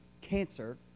cancer